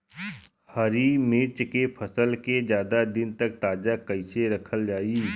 हरि मिर्च के फसल के ज्यादा दिन तक ताजा कइसे रखल जाई?